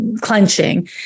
clenching